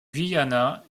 guyana